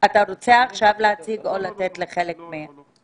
להציג עכשיו או לתת לחלק מהם לדבר?